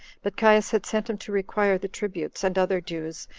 but caius had set him to require the tributes, and other dues,